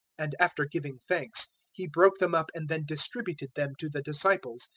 and after giving thanks he broke them up and then distributed them to the disciples,